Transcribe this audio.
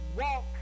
walk